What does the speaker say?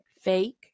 fake